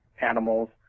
animals